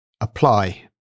Apply